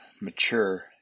mature